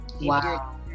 Wow